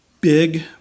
big